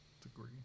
degree